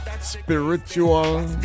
spiritual